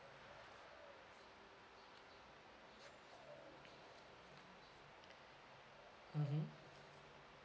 mmhmm